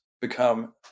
Become